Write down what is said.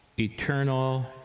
eternal